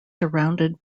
surrounded